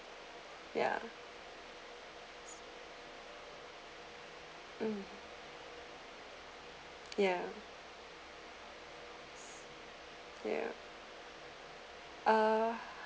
ya um ya ya uh